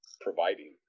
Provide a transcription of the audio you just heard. providing